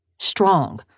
Strong